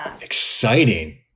exciting